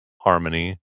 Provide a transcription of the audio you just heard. Harmony